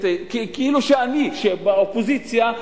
שבאופוזיציה,